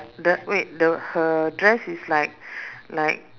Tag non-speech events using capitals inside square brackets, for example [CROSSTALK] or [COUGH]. the wait the her dress is like [BREATH] like